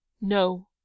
NO